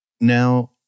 Now